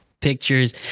pictures